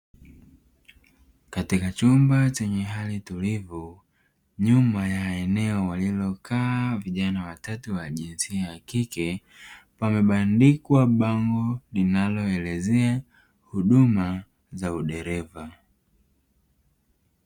Katika chumba chenye hali tulivu nyuma ya eneo walipo kaa vijana watatu wa jinsia ya kike pamebandikwa bango linaloelezea huduma za udereva.